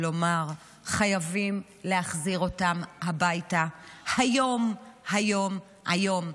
לומר: חייבים להחזיר אותם הביתה היום היום היום.